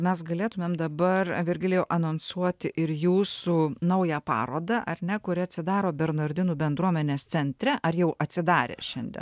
mes galėtumėm dabar virgilijau anonsuoti ir jūsų naują parodą ar ne kuri atsidaro bernardinų bendruomenės centre ar jau atsidarė šiandien